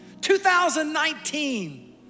2019